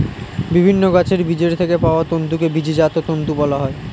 বিভিন্ন গাছের বীজের থেকে পাওয়া তন্তুকে বীজজাত তন্তু বলা হয়